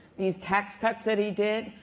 these tax cuts that he did,